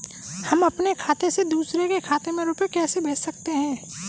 हम अपने खाते से दूसरे के खाते में रुपये कैसे भेज सकते हैं?